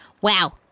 Wow